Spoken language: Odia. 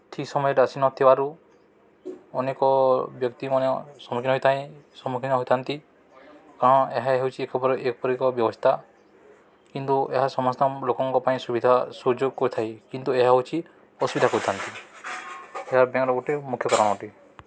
ଠିକ୍ ସମୟରେ ଆସି ନଥିବାରୁ ଅନେକ ବ୍ୟକ୍ତିମାନ ସମ୍ମୁଖୀନ ହୋଇଥାଏ ସମ୍ମୁଖୀନ ହୋଇଥାନ୍ତି କାରଣ ଏହା ହେଉଛିି ଏପରି ଏପରି ଏକ ବ୍ୟବସ୍ଥା କିନ୍ତୁ ଏହା ସମସ୍ତ ଲୋକଙ୍କ ପାଇଁ ସୁବିଧା ସୁଯୋଗ କରିଥାଏ କିନ୍ତୁ ଏହା ହେଉଛି ଅସୁବିଧା କରିଥାନ୍ତି ଏହା ବ୍ୟାଙ୍କ୍ର ଗୋଟେ ମୁଖ୍ୟ କାରଣ ଅଟେ